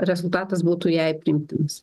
rezultatas būtų jai priimtinas